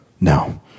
No